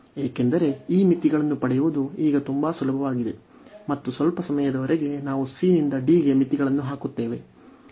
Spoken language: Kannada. ಏಕೆಂದರೆ ಈ ಮಿತಿಗಳನ್ನು ಪಡೆಯುವುದು ಈಗ ತುಂಬಾ ಸುಲಭವಾಗಿದೆ ಮತ್ತು ಸ್ವಲ್ಪ ಸಮಯದವರೆಗೆ ನಾವು c ನಿಂದ d ಗೆ ಮಿತಿಗಳನ್ನು ಹಾಕುತ್ತೇವೆ